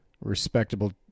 respectable